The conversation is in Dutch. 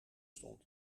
stond